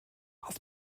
auf